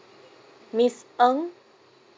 miss ng